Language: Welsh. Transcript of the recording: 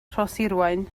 rhoshirwaun